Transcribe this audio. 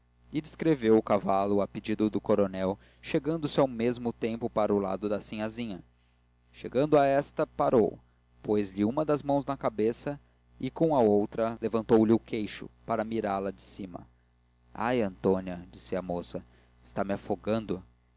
e descreveu o cavalo a pedido do coronel chegando-se ao mesmo tempo para o lado da sinhazinha chegando a esta parou pôs-lhe uma das mãos na cabeça e com a outra levantou lhe o queixo para mirá la de cima ai nhãtônia disse a moca está me afogando